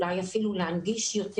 אולי אפילו להנגיש יותר.